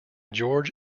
george